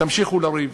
תמשיכו לריב,